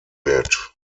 wird